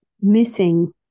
missing